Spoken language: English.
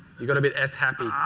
you got a bit s happy.